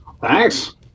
Thanks